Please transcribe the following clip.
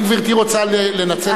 אם גברתי רוצה לנצל את הבמה כדי,